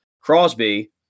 Crosby